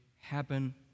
happen